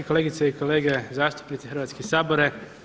Kolegice i kolege zastupnici, Hrvatski sabore.